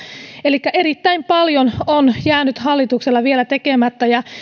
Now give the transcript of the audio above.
elikkä erittäin paljon on jäänyt hallitukselta vielä tekemättä ja